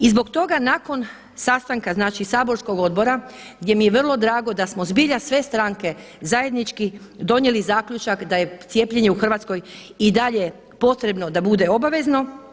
I zbog toga nakon sastanka, znači saborskog odbora gdje mi je vrlo drago da smo zbilja sve stranke zajednički donijeli zaključak da je cijepljenje u Hrvatskoj i dalje potrebno da bude obavezno.